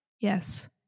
Yes